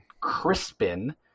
Crispin